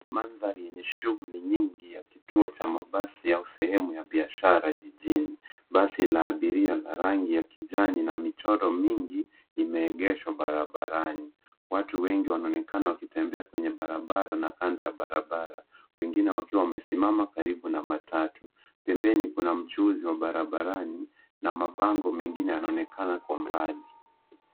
Mandhari yenye shughuli nyingi ya kituo cha mabasi au sehemu ya biashara ya jijini. Basi la abiria la rangi ya kijani na michoro mingi ime egeshwa barabarani, watu wengi wanaonekana wakitembea kwenye barabara na kando ya barabara wengine wakiwa wamesimama karibu na matatu . Pembeni kuna mchuuzi wa barabarani na mabango mengine yanaonekana kwa mbali.